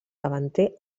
davanter